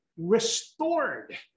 restored